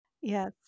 yes